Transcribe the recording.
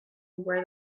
where